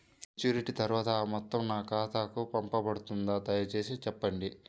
Maturity తర్వాత ఆ మొత్తం నా ఖాతాకు పంపబడుతుందా? దయచేసి చెప్పండి?